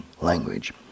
language